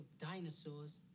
dinosaurs